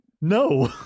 No